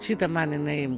šita man jinai